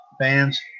Fans